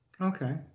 Okay